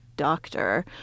doctor